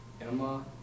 Emma